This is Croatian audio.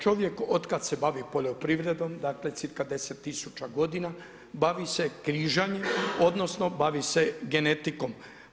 Čovjek od kada se bavi poljoprivredom dakle cca 10 tisuća godina bavi se križanjem odnosno bavi se genetikom.